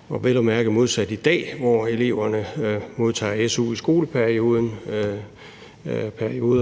– vel at mærke modsat i dag, hvor eleverne modtager su i skoleperioden,